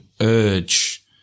urge